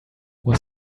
was